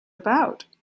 about